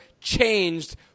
changed